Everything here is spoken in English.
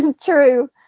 True